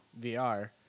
VR